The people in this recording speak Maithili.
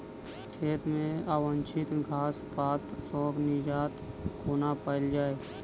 खेत मे अवांछित घास पात सऽ निजात कोना पाइल जाइ?